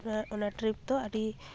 ᱟᱨ ᱚᱱᱟ ᱴᱨᱤᱯ ᱫᱚ ᱟᱹᱰᱤ